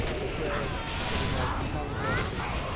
they care that it has compelling characters,